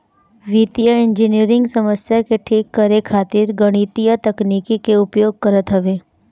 वित्तीय इंजनियरिंग समस्या के ठीक करे खातिर गणितीय तकनीकी के उपयोग करत हवे